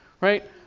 Right